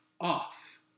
off